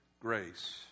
grace